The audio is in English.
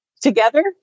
together